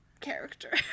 character